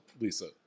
Lisa